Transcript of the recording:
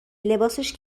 لباسش